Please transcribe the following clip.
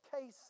case